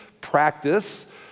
practice